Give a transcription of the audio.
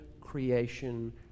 creation